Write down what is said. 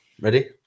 Ready